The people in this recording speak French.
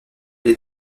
les